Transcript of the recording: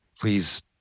please